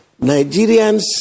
Nigerians